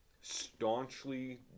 staunchly